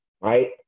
right